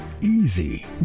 easy